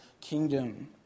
kingdom